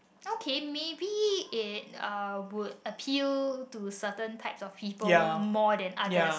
okay maybe it uh would appeal to certain types of people more than others